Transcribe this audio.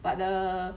but the